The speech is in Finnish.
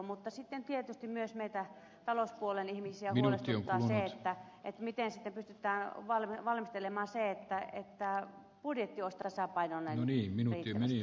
mutta sitten tietysti myös meitä talouspuolen ihmisiä huolettaa se miten pystytään valmistelemaan sitä että budjetti olisi riittävän tasapainoinen